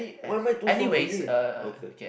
why am I do soft again okay